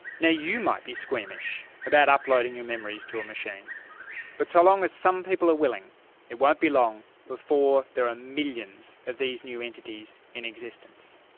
now you might be squeamish about uploading your memories to a machine but so long as some people are willing it won't be long before there are millions of these new entities in existence.